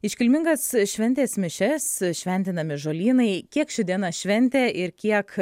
iškilmingas šventės mišias šventinami žolynai kiek ši diena šventė ir kiek